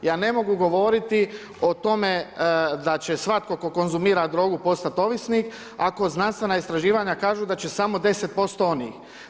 Ja ne mogu govoriti o tome da će svatko tko konzumira drogu postati ovisnik ako znanstvena istraživanja kažu da će samo 10% onih.